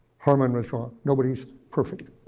herman was wrong. nobody's perfect.